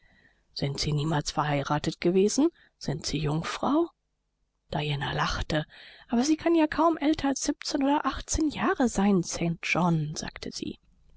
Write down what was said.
sind sie niemals verheiratet gewesen sie sind jungfrau diana lachte aber sie kann ja kaum älter als siebzehn oder achtzehn jahre sein st john sagte sie